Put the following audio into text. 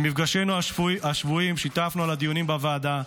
במפגשינו השבועיים שיתפנו על הדיונים בוועדה,